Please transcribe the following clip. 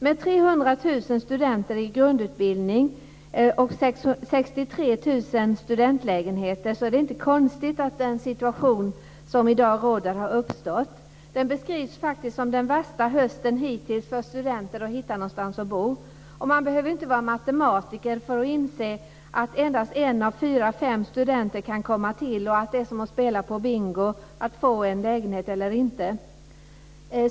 Med 300 000 studenter i grundutbildning och 63 000 studentlägenheter är det inte konstigt att den situation som i dag råder har uppstått. Den här hösten beskrivs faktiskt som den värsta hittills för studenter när det gäller att hitta någonstans att bo. Man behöver inte vara matematiker för att inse att endast en av fyra fem studenter kan komma till. Det är som att spela bingo. Ska man få en lägenhet eller inte?